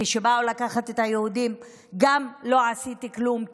כשבאו לקחת את היהודים גם לא עשיתי כלום,